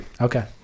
Okay